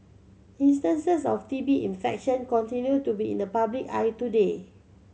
instances of T B infection continue to be in the public eye today